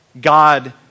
God